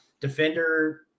defender